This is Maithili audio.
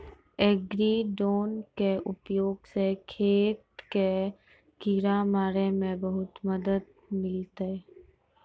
एग्री ड्रोन के उपयोग स खेत कॅ किड़ा मारे मॅ बहुते मदद मिलतै